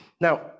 now